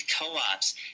co-ops